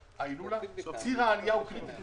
נכנסים ויוצאים דרך ציר העלייה.